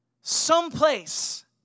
someplace